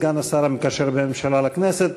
סגן השר המקשר בין הממשלה לכנסת.